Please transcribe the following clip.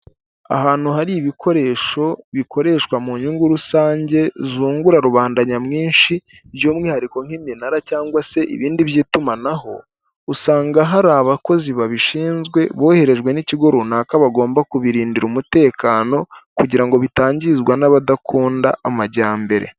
Ahantu hari ibikoresho bikoreshwa mu nyungu rusange zungura rubanda nyamwinshi by'umwihariko nk'iminara cyangwa se ibindi by'itumanaho, usanga hari abakozi babishinzwe boherejwe n'ikigo runaka bagomba kubibirindira umutekano kugira ngo bitangizwa n'abadakunda amajyambere.